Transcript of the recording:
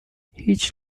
هیچ